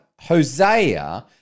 Hosea